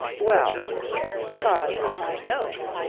well because i know it.